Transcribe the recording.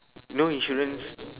you know insurance